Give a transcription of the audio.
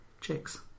chicks